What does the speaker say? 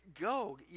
go